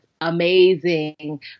amazing